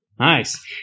Nice